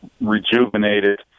rejuvenated